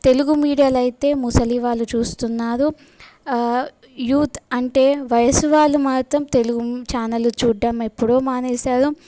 తెలుగు మీడియాలో అయితే ముసలి వాళ్ళు చూస్తున్నారు యూత్ అంటే వయస్సు వాళ్ళు మాత్రం తెలుగు ఛానెళ్ళు చూడం ఎప్పుడో మానేసారు